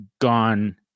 gone